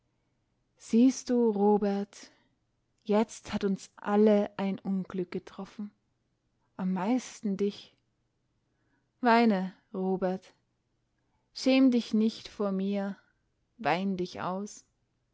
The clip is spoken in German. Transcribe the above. siehst du robert jetzt hat uns alle ein unglück getroffen am meisten dich weine robert schäm dich nicht vor mir wein dich aus